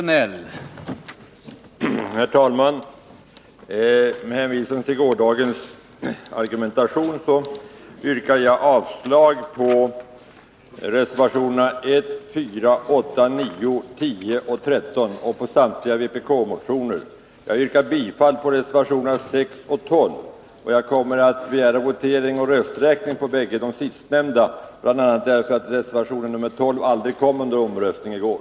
Herr talman! Med hänvisning till gårdagens argumentation yrkar jag avslag på reservationerna 1,4, 8, 9, 10 och 13 och på samtliga vpk-motioner. Jag yrkar bifall till reservationerna 6 och 12. Jag kommer att begära votering och rösträkning om de bägge sistnämnda, bl.a. därför att reservation 12 aldrig kom upp till omröstning i går.